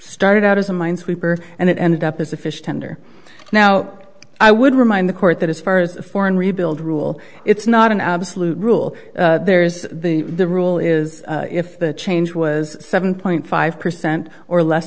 started out as a minesweeper and it ended up as a fish tender now i would remind the court that as far as foreign rebuild rule it's not an absolute rule there's the rule is if the change was seven point five percent or less